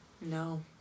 No